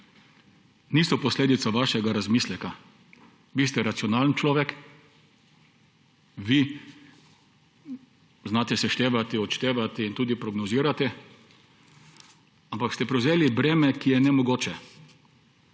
niso posledica vašega razmisleka. Vi ste racionalen človek, vi znate seštevati, odštevati in tudi prognozirati, ampak ste prevzeli breme, ki je nemogoče.